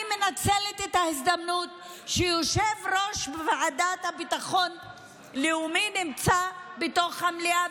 אני מנצלת את ההזדמנות שיושב-ראש הוועדה לביטחון הלאומי נמצא במליאה,